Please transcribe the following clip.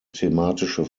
thematische